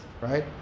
right